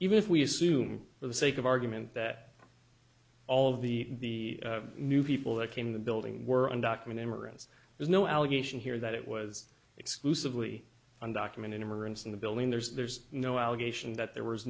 even if we assume for the sake of argument that all of the new people that came in the building were undocumented immigrants there's no allegation here that it was exclusively undocumented immigrants in the building there's no allegation that there was